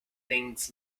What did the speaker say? things